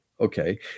okay